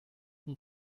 und